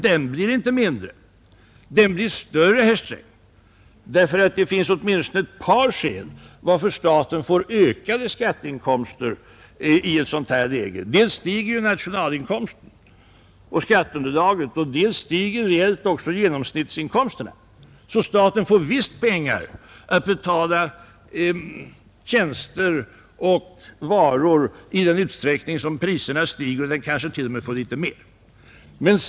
Den blir snarare större herr Sträng, därför att det finns åtminstone ett par orsaker till att staten får ökade skatteinkomster i ett sådant läge. Dels stiger nationalinkomsten och skatteunderlaget, dels stiger reellt också genomsnittsinkomsterna. Staten får visst pengar att betala tjänster och varor med i den utsträckning priserna stiger, och kanske t.o.m. litet mer.